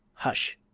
hush!